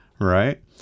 right